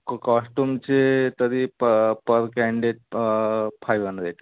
क कॉस्टुमचे तरी प पर कँडेट फाईव्ह हंड्रेड